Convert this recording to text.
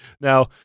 Now